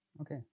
Okay